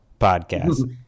podcast